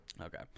Okay